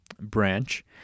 branch